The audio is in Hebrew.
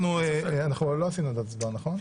לא עשינו עוד הצבעה, נכון?